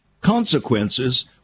consequences